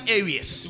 areas